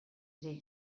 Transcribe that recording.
ere